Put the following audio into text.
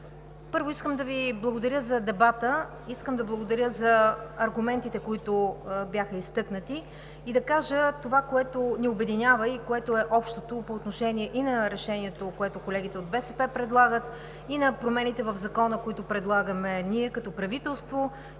Първо, искам да Ви благодаря за дебата. Искам да благодаря за аргументите, които бяха изтъкнати, и да кажа това, което ни обединява и което е общото по отношение и на решението, което колегите от БСП предлагат, и на промените в Закона, които предлагаме ние като правителство,